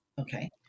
okay